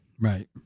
Right